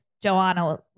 joanna